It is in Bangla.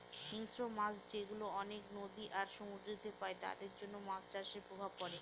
হিংস্র মাছ যেগুলা অনেক নদী আর সমুদ্রেতে পাই তাদের জন্য মাছ চাষের প্রভাব পড়ে